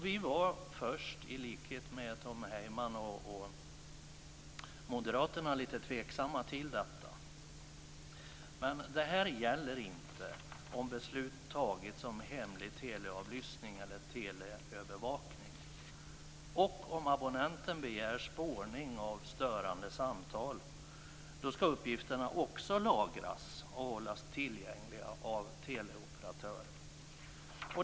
Vi var först, i likhet med Tom Heyman och Moderaterna, lite tveksamma till detta. Men det här gäller inte om beslut har fattats om hemlig teleavlyssning eller teleövervakning. Och om abonnenten begär spårning av störande samtal skall uppgifterna också lagras och hållas tillgängliga av teleoperatören.